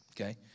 okay